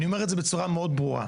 אני אומר את זה בצורה מאוד ברורה,